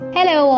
Hello